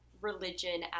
religion